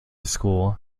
school